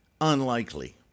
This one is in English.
unlikely